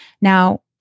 Now